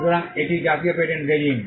সুতরাং এটি জাতীয় পেটেন্ট রেজিম